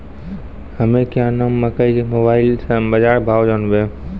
हमें क्या नाम मकई के मोबाइल से बाजार भाव जनवे?